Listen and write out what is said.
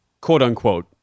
quote-unquote